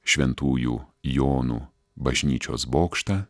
šventųjų jonų bažnyčios bokštą